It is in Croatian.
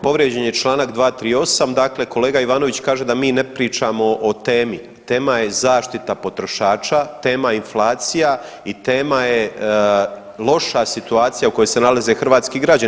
Povrijeđen je Članak 238., dakle kolega Ivanović kaže da mi ne pričamo o temi, tema je zaštita potrošača, tema je inflacija i tema je loša situacija u kojoj se nalaze hrvatski građani.